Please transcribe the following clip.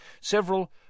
Several